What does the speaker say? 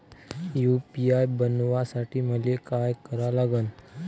UPI बनवासाठी मले काय करा लागन?